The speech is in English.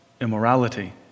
immorality